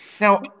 Now